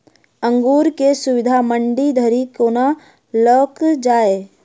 अंगूर केँ सुरक्षित मंडी धरि कोना लकऽ जाय?